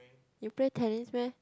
you play tennis meh